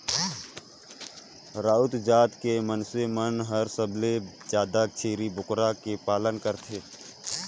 राउत जात के मइनसे मन हर सबले जादा छेरी बोकरा के पालन करथे